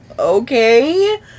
Okay